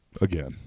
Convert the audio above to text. again